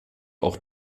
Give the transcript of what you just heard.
auch